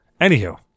anywho